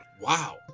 Wow